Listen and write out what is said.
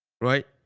Right